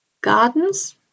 Gardens